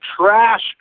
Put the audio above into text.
trash